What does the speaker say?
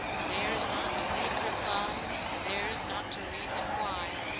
theirs not to make reply, theirs not to reason why,